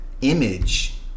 image